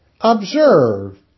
Observe